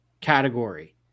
category